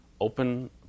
open